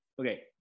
okay